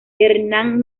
hernán